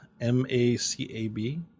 M-A-C-A-B